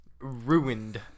Ruined